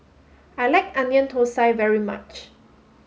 I like onion Thosai very much